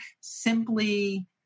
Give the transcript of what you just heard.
simply